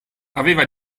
aveva